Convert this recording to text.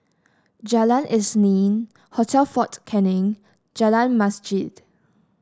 Jalan Isnin Hotel Fort Canning Jalan Masjid